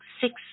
six